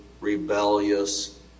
rebellious